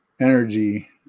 energy